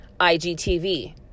IGTV